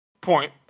point